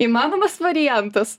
įmanomas variantas